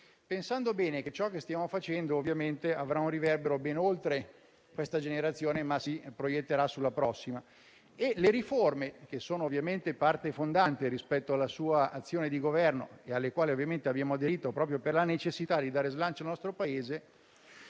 pensando bene che ciò che stiamo facendo ovviamente avrà un riverbero ben oltre questa generazione e si proietterà sulla prossima. Le riforme, che sono ovviamente parte fondante rispetto alla sua azione di Governo e alle quali ovviamente abbiamo aderito proprio per la necessità di dare slancio al nostro Paese,